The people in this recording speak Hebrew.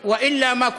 אתה כבר הרבה אחרי הזמן.